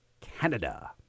Canada